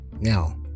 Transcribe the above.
Now